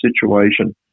situation